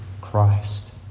Christ